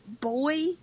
boy